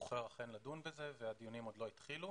בוחר לדון בזה אבל הדיונים עוד לא התחילו.